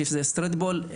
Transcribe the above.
שזה סטריטבול,